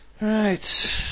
right